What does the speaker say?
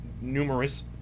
numerous